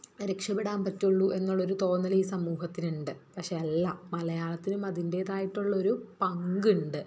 രക്ഷപ്പെടാൻ പറ്റുള്ളു എന്നുള്ളൊരു തോന്നലീ സമൂഹത്തിനുണ്ട് പക്ഷേ അല്ല മലയാളത്തിനും അതിൻ്റെതായിട്ടുള്ളൊരു പങ്കുണ്ട്